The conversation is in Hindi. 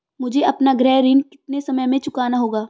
मुझे अपना गृह ऋण कितने समय में चुकाना होगा?